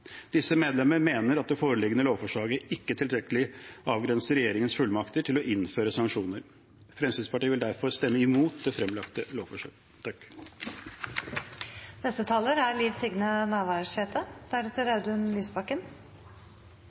Disse medlemmer mener at det foreliggende lovforslaget ikke tilstrekkelig avgrenser regjeringens fullmakter til å innføre sanksjoner. Fremskrittspartiet vil derfor stemme imot det fremlagte